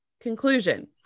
Conclusion